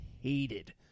hated